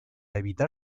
evitar